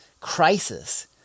crisis